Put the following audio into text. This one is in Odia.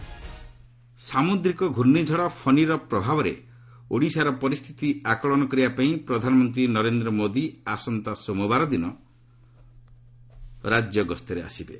ସାଇକ୍ଲୋନ୍ ଓଭରାଲ୍ ସାମୁଦ୍ରିକ ଘୂର୍ଷିଝଡ଼ 'ଫନୀ'ର ପ୍ରଭାବରେ ଓଡ଼ିଶାର ପରିସ୍ଥିତି ଆକଳନ କରିବାପାଇଁ ପ୍ରଧାନମନ୍ତ୍ରୀ ନରେନ୍ଦ୍ର ମୋଦି ଆସନ୍ତା ସୋମବାର ଦିନ ରାଜ୍ୟ ଗସ୍ତରେ ଆସିବେ